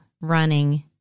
running